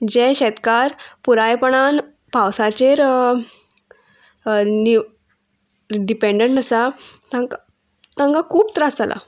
जे शेतकार पुरायपणान पावसाचेर नि डिपेन्डंट आसा तांकां तांकां खूब त्रास जाला